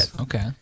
Okay